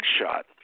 shot